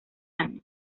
año